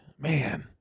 man